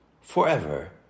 forever